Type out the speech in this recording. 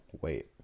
wait